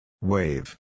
Wave